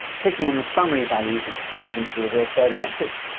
clicking on the summary values expands them to reveal further metrics.